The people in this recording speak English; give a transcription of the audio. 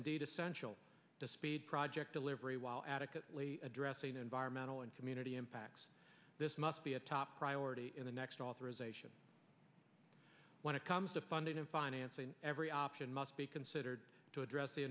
indeed essential to speed project delivery while adequately addressing environmental and community impacts this must be a top priority in the next authorization when it comes to funding and financing every option must be considered to address the